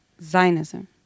Zionism